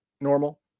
Normal